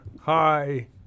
Hi